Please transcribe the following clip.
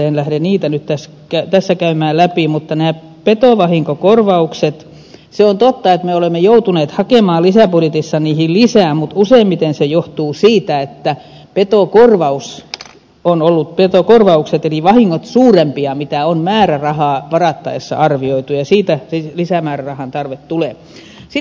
en lähde niitä nyt tässä käymään läpi mutta petovahinkokorvauksien kohdalla on totta että me olemme joutuneet hakemaan lisäbudjetissa niihin lisää mutta useimmiten se johtuu siitä että pito on korvaus on ollut petokorvaukset eli vahingot ovat olleet suuremmat kuin on määrärahaa varattaessa arvioitu ja siitä lisämäärärahan tarve tulee